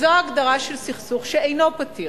זו הגדרה של סכסוך שאינו פתיר.